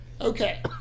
Okay